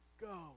go